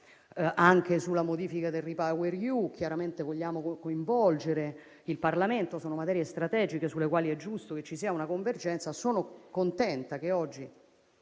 Anche sulla modifica del REPower EU chiaramente vogliamo coinvolgere il Parlamento, poiché sono materie strategiche sulle quali è giusto che ci sia una convergenza. Sono contenta che oggi